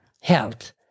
health